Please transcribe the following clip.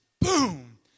boom